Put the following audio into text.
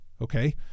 okay